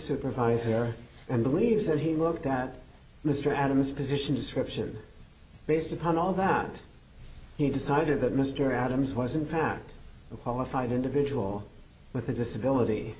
supervisor and believes that he looked at mr adams position description based upon all that he decided that mr adams was impact a qualified individual with a disability